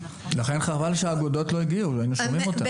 לכן חבל שהאגודות לא הגיעו, היינו שומעים אותם.